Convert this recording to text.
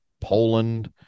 Poland